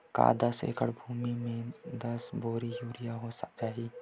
का दस एकड़ भुमि में दस बोरी यूरिया हो जाही?